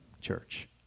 church